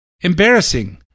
embarrassing